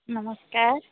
ନମସ୍କାର